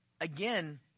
again